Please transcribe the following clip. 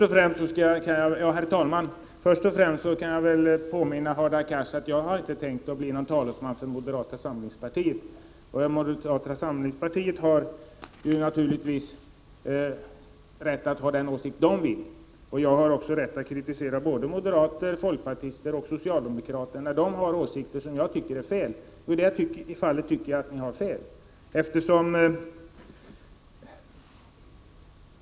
Herr talman! Moderaterna har naturligvis rätt att ha vilken åsikt de vill, och jag har rätt att kritisera moderater, folkpartister och socialdemokrater när de har åsikter som jag anser är felaktiga. Och i det här fallet anser jag att de har fel.